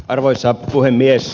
arvoisa puhemies